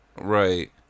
Right